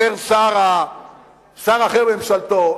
אומר שר אחר בממשלתו,